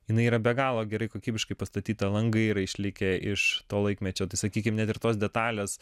jinai yra be galo gerai kokybiškai pastatyta langai yra išlikę iš to laikmečio tai sakykim net ir tos detalės